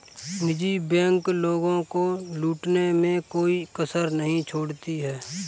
निजी बैंक लोगों को लूटने में कोई कसर नहीं छोड़ती है